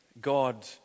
God